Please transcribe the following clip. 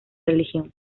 religión